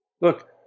Look